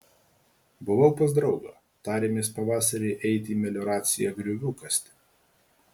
buvau pas draugą tarėmės pavasarį eiti į melioraciją griovių kasti